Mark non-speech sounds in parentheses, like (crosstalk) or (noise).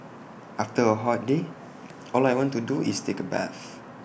(noise) after A hot day all I want to do is take A bath